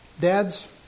dads